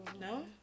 no